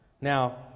Now